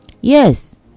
Yes